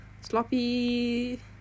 Sloppy